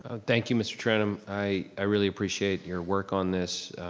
ah thank you, mr. trenum, i really appreciate your work on this.